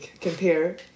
compare